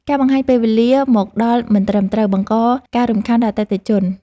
ការបង្ហាញពេលវេលាមកដល់មិនត្រឹមត្រូវ បង្កការរំខានដល់អតិថិជន។